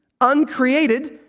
uncreated